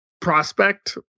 prospect